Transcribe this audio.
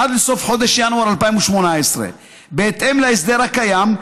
עד לסוף חודש ינואר 2018. בהתאם להסדר הקיים,